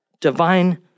divine